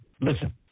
listen